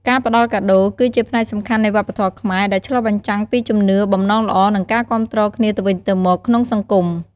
ការផ្តល់កាដូរ គឺជាផ្នែកសំខាន់នៃវប្បធម៌ខ្មែរ ដែលឆ្លុះបញ្ចាំងពីជំនឿ បំណងល្អ និងការគាំទ្រគ្នាទៅវិញទៅមកក្នុងសង្គម។